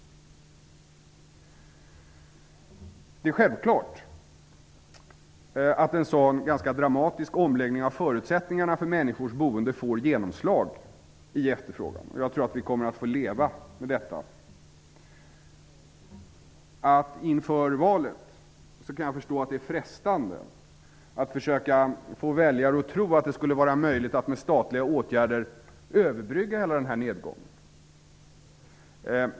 Det är självklart att en sådan dramatisk omläggning av förutsättningarna för människors boende får genomslag i efterfrågan. Jag tror att vi kommer att få leva med detta. Jag kan förstå att det är frestande att inför valet försöka få väljare att tro att det skulle vara möjligt att med statliga åtgärder överbrygga hela nedgången.